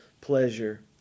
pleasure